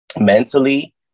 mentally